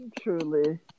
Truly